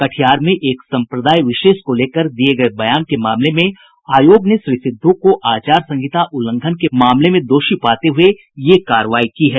कटिहार में एक संप्रदाय विशेष को लेकर दिये गये बयान के मामले में आयोग ने श्री सिद्धू को आचार संहिता उल्लंघन के मामले में दोषी पाते हुए यह कार्रवाई की है